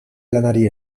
lanari